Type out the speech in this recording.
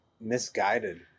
misguided